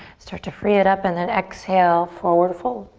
start to free it up and then exhale, forward fold.